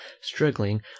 struggling